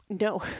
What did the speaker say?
No